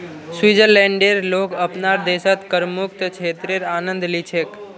स्विट्जरलैंडेर लोग अपनार देशत करमुक्त क्षेत्रेर आनंद ली छेक